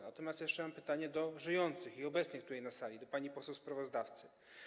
Natomiast jeszcze mam pytanie do żyjących i obecnych tutaj na sali, do pani poseł sprawozdawcy.